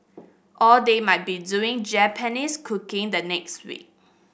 or they might be doing Japanese cooking the next week